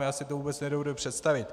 Já si to vůbec nedovedu představit.